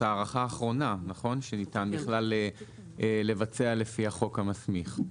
הארכה אחרונה שניתן בכלל לבצע לפי החוק המסמיך.